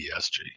ESG